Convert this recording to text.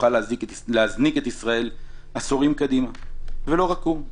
נוכל להזניק את ישראל עשורים קדימה." ולא רק הוא,